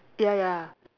ya ya